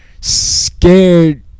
scared